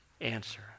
answer